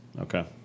Okay